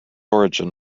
origin